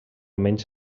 menys